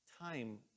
time